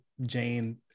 Jane